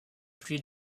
pluies